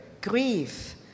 grief